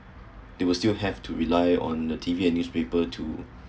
they would still have to rely on the T_V and newspaper to